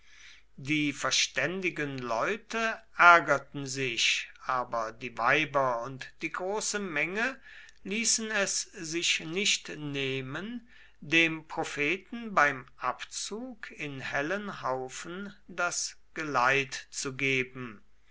die verständigen leute ärgerten sich aber die weiber und die große menge ließen es sich nicht nehmen dem propheten beim abzug in hellen haufen das geleit zu geben